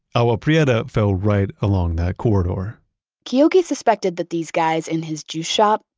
agua prieta fell right along that corridor keoki suspected that these guys in his juice shop,